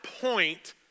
point